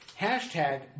Hashtag